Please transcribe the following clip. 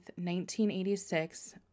1986